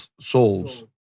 souls